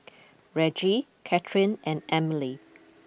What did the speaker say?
Reggie Kathyrn and Emilie